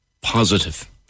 positive